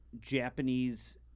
Japanese